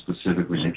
specifically